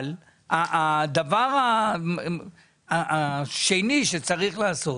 הדבר השני שצריך לעשות